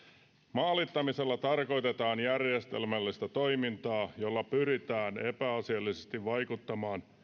maalittamisella tarkoitetaan järjestelmällistä toimintaa jolla pyritään epäasiallisesti vaikuttamaan